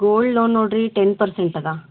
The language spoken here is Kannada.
ಗೋಲ್ಡ್ ಲೋನ್ ನೋಡಿರಿ ಟೆನ್ ಪರ್ಸೆಂಟ್ ಅದ